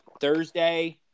Thursday